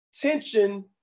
tension